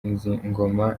nkunzingoma